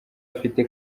afite